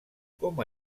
com